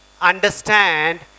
understand